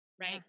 right